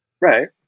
Right